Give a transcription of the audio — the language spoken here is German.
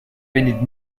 wendet